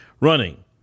running